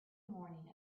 morning